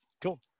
Cool